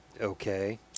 Okay